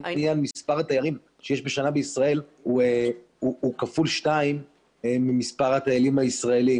מספר התיירים בשנה בישראל הוא פי שניים ממספר הטיילים הישראלים,